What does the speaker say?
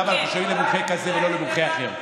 למה אנחנו שומעים למומחה כזה ולא למומחה אחר.